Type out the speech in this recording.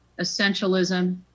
essentialism